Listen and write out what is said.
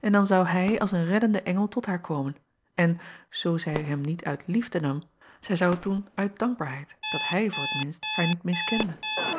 en dan zou hij als een reddende engel tot haar komen en zoo zij hem niet uit liefde nam zij zou het doen uit dankbaarheid dat hij voor t minst haar niet miskende